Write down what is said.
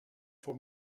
for